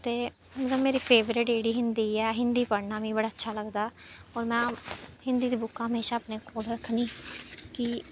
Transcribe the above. ते मतलब मेरी फेबरट जेह्ड़ी हिंदी ऐ हिंदी पढ़ना मी बड़ा अच्छा लगदा होर में हिंदी दी बुक्कां हमेशां अपने कोल रक्खनीं कि